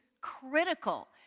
critical